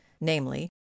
namely